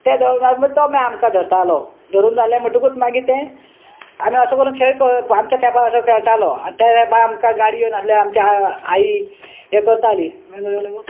ते तो मेळ तो मागीर आमकां धरतालो धरून जालें म्हणटकूच मागीर तें आमी असो करून खेळ आमच्या तेंपा असो खेळटालो आनी ते तेपा आमकां गाडयो नासल्यो आमचे आई हे करताली